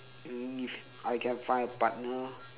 only if I can find a partner